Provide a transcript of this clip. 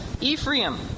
Ephraim